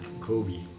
Kobe